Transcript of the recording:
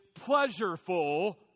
pleasureful